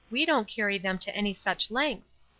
we don't carry them to any such lengths.